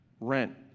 Rent